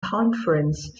conference